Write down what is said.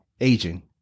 Aging